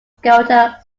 skelter